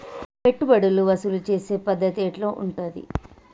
పెట్టుబడులు వసూలు చేసే పద్ధతి ఎట్లా ఉంటది?